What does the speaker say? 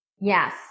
Yes